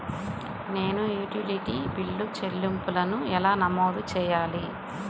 నేను utility bill చెల్లింపులను ఎలా నమోదు చేయాలి?